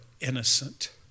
innocent